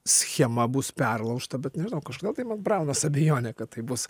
schema bus perlaužta bet nežinau kažkodėl braunasi abejonė kad tai bus